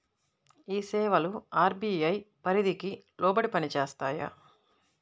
ఈ సేవలు అర్.బీ.ఐ పరిధికి లోబడి పని చేస్తాయా?